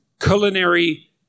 Culinary